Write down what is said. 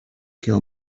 kill